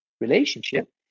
relationship